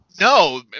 No